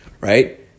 right